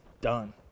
done